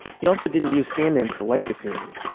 he also didn't use stand-ins to light the scenes.